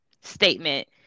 statement